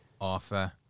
Arthur